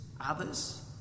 others